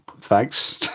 thanks